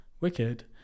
Wicked